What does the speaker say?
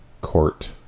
Court